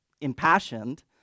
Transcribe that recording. impassioned